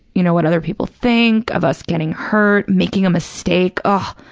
you know, what other people think, of us getting hurt, making a mistake. ah